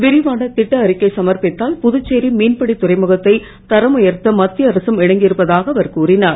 விரிவான திட்ட அறிக்கை சமர்ப்பித்தால் புதுச்சேரி மீன்பிடித் துறைமுகத்தை தரம் உயர்த்த மத்திய அரசும் இணங்கியிருப்பதாக அவர் கூறிஞர்